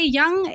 young